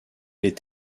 est